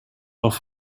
off